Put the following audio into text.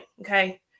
okay